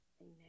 Amen